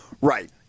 Right